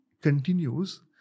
continues